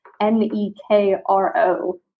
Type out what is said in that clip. N-E-K-R-O